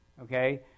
okay